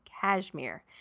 cashmere